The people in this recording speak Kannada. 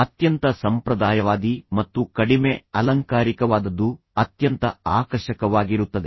ಅತ್ಯಂತ ಸಂಪ್ರದಾಯವಾದಿ ಮತ್ತು ಕಡಿಮೆ ಅಲಂಕಾರಿಕವಾದದ್ದು ಅತ್ಯಂತ ಆಕರ್ಷಕವಾಗಿರುತ್ತದೆ